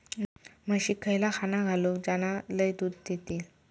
म्हशीक खयला खाणा घालू ज्याना लय दूध देतीत?